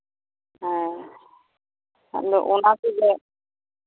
ᱦᱮᱸ ᱟᱫᱚ ᱚᱱᱟ ᱛᱮᱜᱮ